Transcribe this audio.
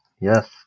Yes